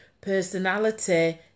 Personality